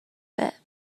bit